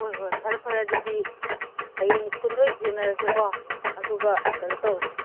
ꯍꯣꯏ ꯍꯣꯏ ꯐꯔꯦ ꯐꯔꯦ ꯑꯗꯨꯗꯤ ꯍꯌꯦꯡ ꯁ꯭ꯀꯨꯜꯗ ꯑꯣꯏꯅ ꯊꯦꯡꯅꯔꯁꯦꯀꯣ ꯑꯗꯨꯒ ꯀꯩꯅꯣ ꯇꯧꯔꯁꯤ